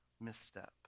misstep